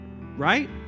Right